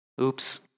oops